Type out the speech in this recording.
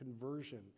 conversion